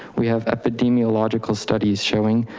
we have epidemiological studies showing,